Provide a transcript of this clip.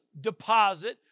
deposit